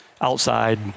outside